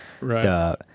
Right